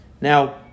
Now